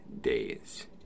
days